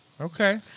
Okay